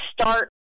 start